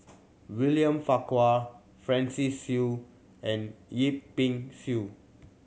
William Farquhar Francis Seow and Yip Pin Xiu